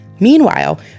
Meanwhile